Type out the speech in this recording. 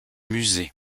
musées